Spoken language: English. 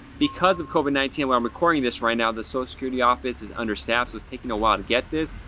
because of covid nineteen. while i'm recording this right now, the social so security office is understaffed, so it's taking a while to get this.